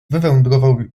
wywędrował